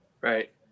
Right